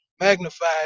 magnified